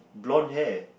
blonde hair